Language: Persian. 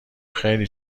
خیلی